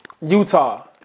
Utah